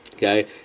Okay